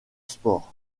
sport